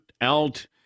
out